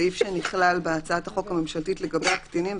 סעיף שנכלל בהצעת החוק הממשלתית לגבי הקטינים,